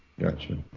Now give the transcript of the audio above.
Gotcha